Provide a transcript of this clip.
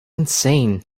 insane